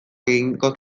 egingo